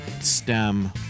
STEM